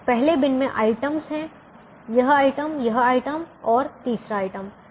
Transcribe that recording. पहले बिन में आइटमस हैं यह आइटम यह आइटम और तीसरा आइटम है